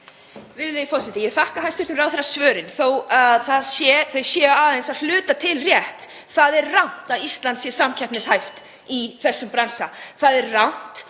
Virðulegi forseti. Ég þakka hæstv. ráðherra svörin þó að þau séu aðeins að hluta til rétt. Það er rangt að Ísland sé samkeppnishæft í þessum bransa. Það er rangt